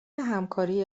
همکاری